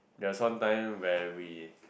there was one time where we